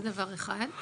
זה דבר אחד.